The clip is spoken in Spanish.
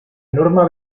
norma